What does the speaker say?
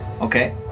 Okay